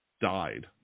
died